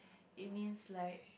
it means like